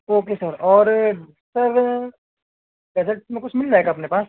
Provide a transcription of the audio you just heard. okay sir और sir dessert में कुछ मिल जाएगा अपने पास